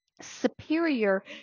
superior